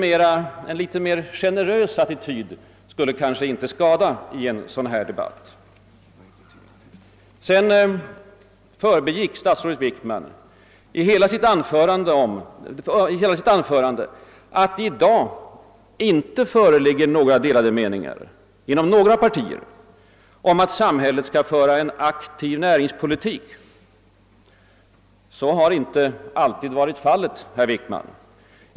En litet mer generös attityd skulle nog inte vara ur vägen i en debatt av detta slag! Vidare talade statsrådet Wickman i sitt anförande om att det i dag inte föreligger några delade meningar inom några partier om att samhället skall föra en aktiv näringspolitik. Så har inte alltid varit fallet, herr Wickman.